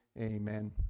amen